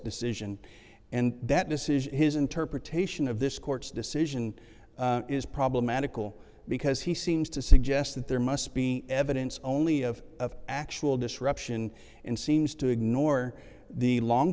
decision and that decision his interpretation of this court's decision is problematical because he seems to suggest that there must be evidence only of actual disruption and seems to ignore the long